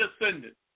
descendants